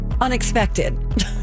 unexpected